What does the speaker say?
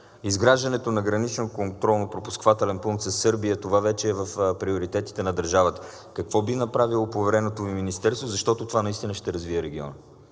изграждането на граничен контролно-пропускателен пункт със Сърбия. Това вече е в приоритетите на държавата. Какво би направило повереното Ви министерство, защото това наистина ще развие региона?